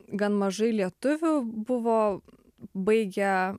gan mažai lietuvių buvo baigę